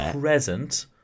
present